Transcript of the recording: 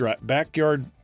backyard